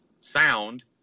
sound